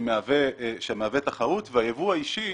שמהווה תחרות והיבוא האישי